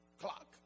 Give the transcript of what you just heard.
Clock